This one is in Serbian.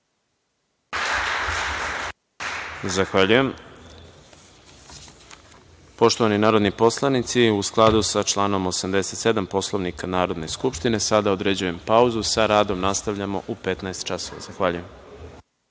Zahvaljujem. Poštovani narodni poslanici, u skladu sa članom 87. Poslovnika Narodne skupštine, sada određujem pauzu. Sa radom nastavljamo u 15.00 časova.